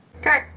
Okay